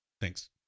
Thanks